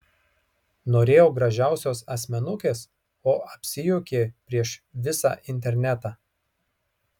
norėjo gražiausios asmenukės o apsijuokė prieš visą internetą